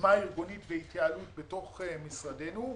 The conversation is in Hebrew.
דוגמה ארגונית והתייעלות בתוך משרדנו.